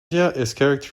characterized